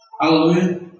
Hallelujah